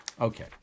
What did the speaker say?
Okay